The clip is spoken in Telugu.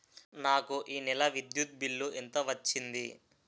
నాకు ఈ నెల విద్యుత్ బిల్లు ఎంత వచ్చింది?